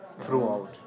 throughout